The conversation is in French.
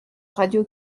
radio